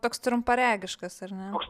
toks trumparegiškas ar ne